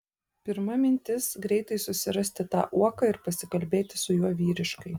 pirma mintis greitai susirasti tą uoką ir pasikalbėti su juo vyriškai